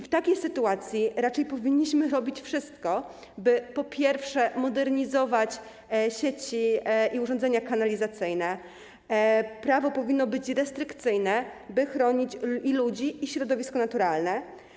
W takiej sytuacji raczej powinniśmy robić wszystko, by modernizować sieci i urządzenia kanalizacyjne, zaś prawo powinno być restrykcyjne, by chronić i ludzi, i środowisko naturalne.